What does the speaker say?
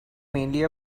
mainly